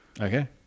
Okay